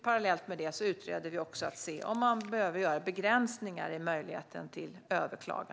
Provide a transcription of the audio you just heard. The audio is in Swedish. Parallellt med detta utreder vi också om man behöver göra begränsningar i möjligheten att överklaga.